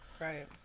right